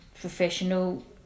professional